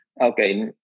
okay